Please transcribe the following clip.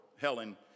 Helen